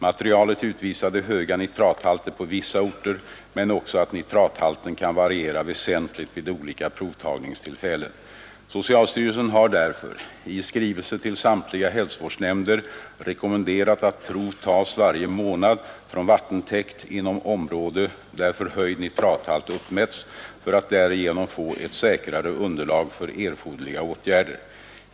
Materialet utvisade höga nitrathalter på vissa orter men också att nitrathalten kan variera väsentligt vid olika provtagningstillfällen. Socialstyrelsen har därför i skrivelse till samtliga hälsovårdsnämnder rekommenderat att prov tas varje månad från vattentäkt inom område där förhöjd nitrathalt uppmätts för att därigenom få ett säkrare underlag för erforderliga åtgärder.